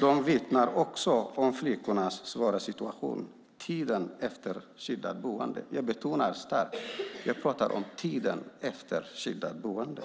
De vittnar också om flickornas svåra situation tiden efter skyddat boende - jag betonar starkt att jag pratar om tiden efter skyddat boende.